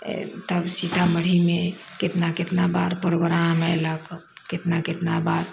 तब सीतामढ़ीमे कितना कितना बार प्रोग्राम अइलक कितना कितना बार